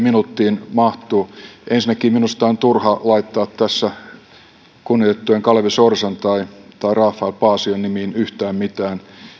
minuuttiin mahtuu ensinnäkin minusta on tässä turha laittaa kunnioitettujen kalevi sorsan tai rafael paasion nimiin yhtään mitään